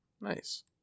Nice